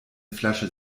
flasche